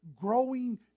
growing